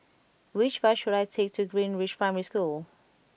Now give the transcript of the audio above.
which bus should I take to Greenridge Primary School